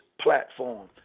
platform